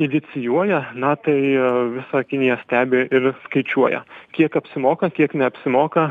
inicijuoja na tai visa kinija stebi ir skaičiuoja kiek apsimoka kiek neapsimoka